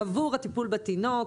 עבור הטיפול בתינוק.